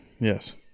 yes